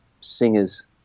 singers